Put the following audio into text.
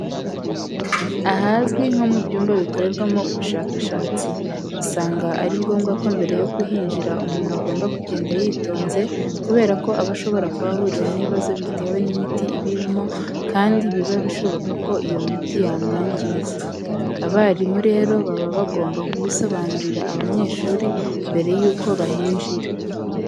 Ahazwi nko mu byumba bikorerwamo ubushakashatsi, usanga ari ngombwa ko mbere yo kuhinjira umuntu agomba kugenda yitonze kubera ko aba ashobora kuhahurira n'ibibazo bitewe n'imiti iba irimo kandi biba bishoboka ko iyo miti yamwangiza. Abarimu rero baba bagomba kubisobanurira abanyeshuri mbere yuko bahinjira.